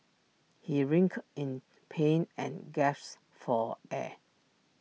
he writhed in pain and gasped for air